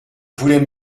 voulait